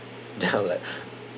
then I'm like